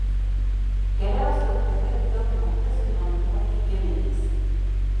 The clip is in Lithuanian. geriausio tv filmo prizui nominuoti giminės